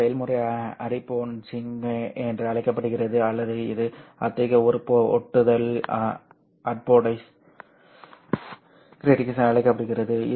இந்த செயல்முறை அப்போடைசிங் என்று அழைக்கப்படுகிறது அல்லது இது அத்தகைய ஒரு ஒட்டுதல் அப்போடைஸ் கிராட்டிங்ஸ் என்று அழைக்கப்படுகிறது